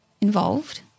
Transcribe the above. involved